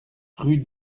rue